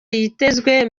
yitezwe